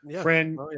friend